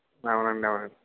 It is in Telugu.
అవునండి అవునండి